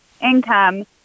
income